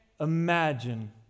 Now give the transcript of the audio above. imagine